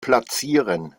platzieren